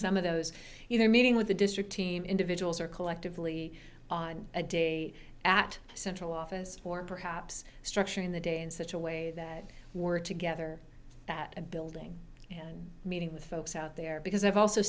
some of those you know meeting with the district team individuals or collectively on a day at central office or perhaps structuring the day in such a way that work together that a building and meeting with folks out there because i've also